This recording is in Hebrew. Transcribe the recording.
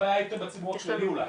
הבעיה היא בציבור הכללי אולי.